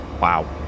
Wow